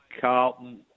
Carlton